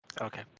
Okay